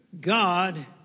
God